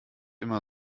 immer